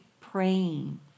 praying